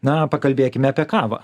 na pakalbėkime apie kavą